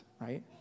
right